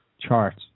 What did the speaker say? charts